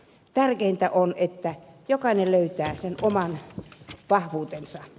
tärkeintä on että jokainen löytää sen oman vahvuutensa